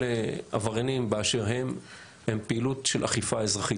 עבריינים באשר הם היא פעילות של אכיפה אזרחית.